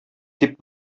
дип